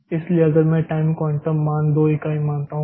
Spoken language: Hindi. इसलिए अगर मैं टाइम क्वांटम मान दो इकाई मानता हूँ